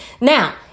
Now